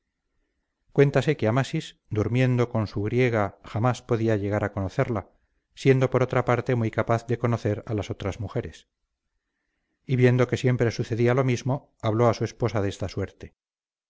cirene cuéntase que amasis durmiendo con su griega jamás podía llegar a conocerla siendo por otra parte muy capaz de conocer a las otras mujeres y viendo que siempre sucedía la mismo habló a su esposa de esta suerte